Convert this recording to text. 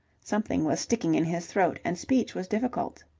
something was sticking in his throat, and speech was difficult.